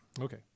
okay